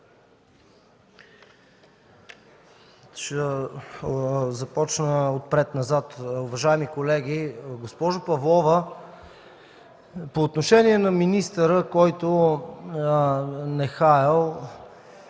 Ще започна отпред назад, уважаеми колеги. Госпожо Павлова, по отношение на министъра, който нехаел.